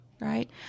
Right